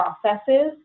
processes